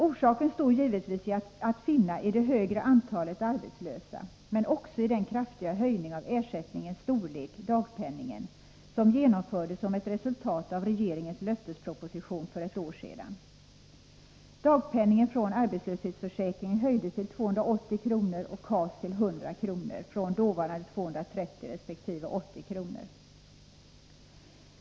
Orsaken står givetvis att finna i ett högre antal arbetslösa, men också i den kraftiga höjning av ersättningens storlek, dagpenningen, som genomfördes som ett resultat av regeringens löftesproposition för ett år sedan. Dagpenningen från arbetslöshetsförsäkringen höjdes till 280 kr. och dagpenningen från KAS till 100 kr., från dåvarande 230 resp. 80 kr.